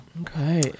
Okay